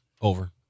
over